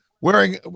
Wearing